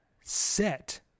set